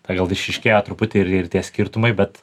tai gal išryškėjo truputį ir ir tie skirtumai bet